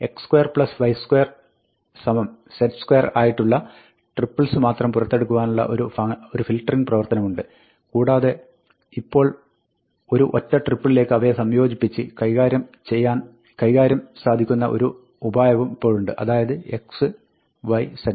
x2 y2 z2 ആയിട്ടുള്ള triples മാത്രം പുറത്തെടുക്കുവാനുള്ള ഒരു ഫിൽട്ടറിംഗ് പ്രവർത്തനമുണ്ട് കൂടാതെ ഇപ്പോൾ ഒരു ഒറ്റ ട്രിപ്പിളിലേക്ക് അവയെ സംയോജിപ്പിച്ച് കൈകാര്യം സാധിക്കുന്ന ഒരു ഉപായവും ഇപ്പോഴുണ്ട് അതായത് x y z